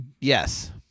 Yes